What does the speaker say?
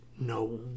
no